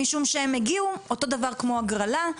משום שהיא הגיעה אותו דבר כמו מהגרלה.